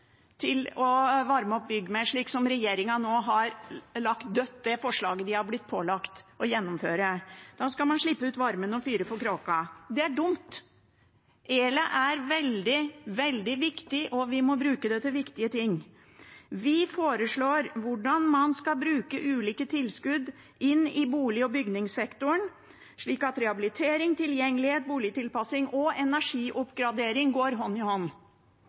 til å varme opp bygg med. Regjeringen har nå lagt dødt det forslaget de har blitt pålagt å gjennomføre. Nå skal man slippe ut varmen og fyre for kråka. Det er dumt. Elektrisiteten er veldig viktig, og vi må bruke den til viktige ting. Vi har forslag om hvordan man skal bruke ulike tilskudd inn i bolig- og bygningssektoren, slik at rehabilitering, tilgjengelighet, boligtilpassing og energioppgradering går hånd i hånd.